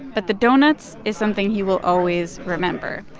but the doughnuts is something he will always remember.